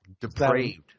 depraved